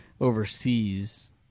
overseas